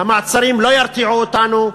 המעצרים לא ירתיעו אותנו.